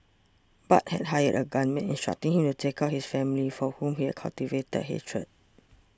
bart had hired a gunman instructing him to take out his family for whom he had cultivated hatred